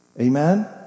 Amen